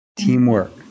Teamwork